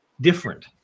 different